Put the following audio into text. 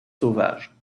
sauvages